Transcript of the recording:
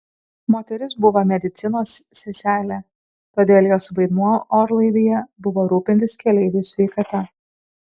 moteris buvo medicinos seselė todėl jos vaidmuo orlaivyje buvo rūpintis keleivių sveikata